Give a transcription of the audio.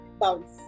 bounce